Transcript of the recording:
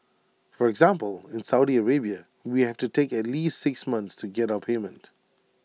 for example in Saudi Arabia we have to take at least six months to get our payment